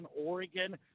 Oregon